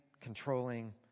controlling